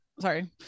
Sorry